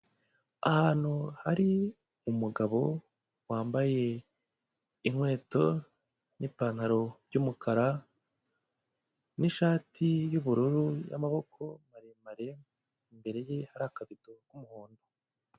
Ahantu hari umugabo wambaye inkweto n'ipantaro y'umukara n'ishati y'ubururu y'amaboko maremare imbere ye hari akabido k'umuhondo.